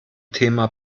thema